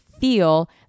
feel